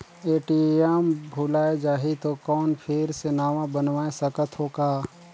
ATM भुलाये जाही तो कौन फिर से नवा बनवाय सकत हो का?